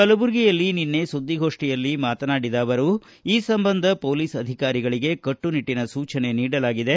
ಕಲಬುರಗಿಯಲ್ಲಿ ನಿನ್ನೆ ಸುದ್ದಿಗೋಷ್ಠಿಯಲ್ಲಿ ಮಾತನಾಡಿದ ಅವರು ಈ ಸಂಬಂಧ ಪೊಲೀಸ್ ಅಧಿಕಾರಿಗಳಗೆ ಕಟ್ಟುನಿಟ್ಟನ ಸೂಚನೆ ನೀಡಲಾಗಿದೆ